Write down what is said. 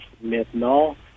maintenant